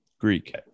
Greek